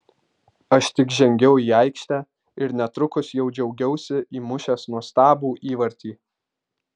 aš tik žengiau į aikštę ir netrukus jau džiaugiausi įmušęs nuostabų įvartį